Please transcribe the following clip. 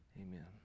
Amen